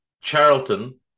Charlton